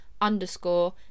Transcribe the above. underscore